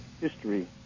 history